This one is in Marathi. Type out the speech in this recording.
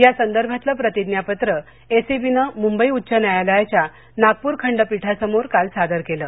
या संदर्भातलं प्रतिज्ञापत्र एसीबीने मुंबई उच्च न्यायालयाच्या नागपूर खंडपीठासमोर काल सादर केलं